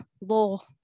law